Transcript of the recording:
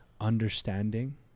understanding